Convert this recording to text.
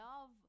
love